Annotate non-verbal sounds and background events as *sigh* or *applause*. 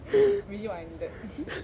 *noise* really what I needed